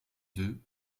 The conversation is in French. deux